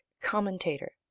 commentator